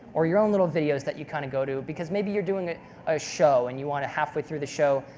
or your own little videos that you kind of go to, because maybe you're doing a ah show and you want to, halfway through the show,